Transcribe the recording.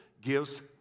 gives